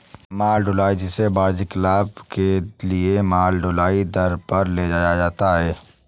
माल ढुलाई, जिसे वाणिज्यिक लाभ के लिए माल ढुलाई दर पर ले जाया जाता है